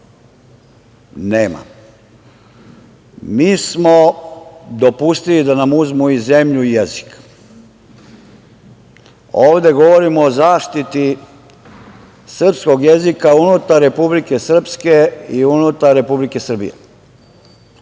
Nema. Mi smo dopustili da nam uzmu i zemlju i jezik. Ovde govorimo o zaštiti srpskog jezika unutar Republike Srpske i unutar Republike Srbije.